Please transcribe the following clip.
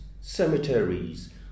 cemeteries